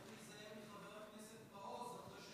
אתה צריך להיזהר מחבר הכנסת מעוז אחרי